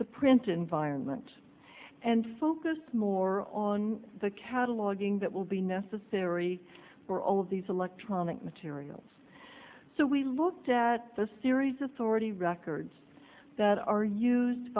the print environment and focus more on the cataloguing that will be necessary for all of these electronic materials so we looked at the series authority records that are used